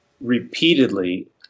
repeatedly